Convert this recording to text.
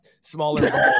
smaller